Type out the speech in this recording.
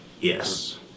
Yes